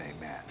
Amen